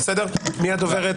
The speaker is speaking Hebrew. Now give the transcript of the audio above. בבקשה.